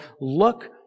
look